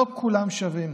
לא כולם שווים